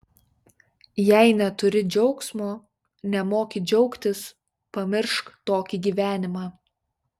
jei neturi džiaugsmo nemoki džiaugtis pamiršk tokį gyvenimą